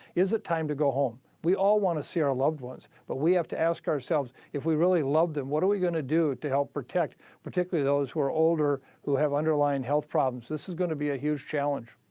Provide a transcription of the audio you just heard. is it time to go home? we all want to see our loved ones. but we have to ask ourselves, if we really love them, what are we going to do to help protect particularly those who are older who have underlying health problems? this is going to be a huge challenge.